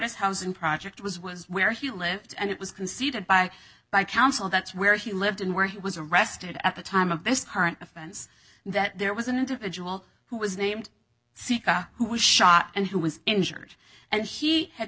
us housing project was was where he lived and it was considered by by council that's where he lived and where he was arrested at the time of this current offense that there was an individual who was named sica who was shot and who was injured and she had